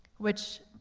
which,